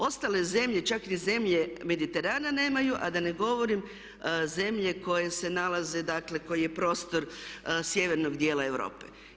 Ostale zemlje, čak ni zemlje Mediterana nemaju a da ne govorim zemlje koje se nalaze, dakle koji je prostor sjevernog dijela Europe.